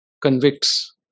convicts